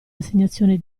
assegnazione